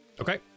Okay